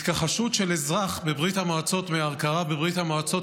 התכחשות של אזרח בברית המועצות להכרה בברית המועצות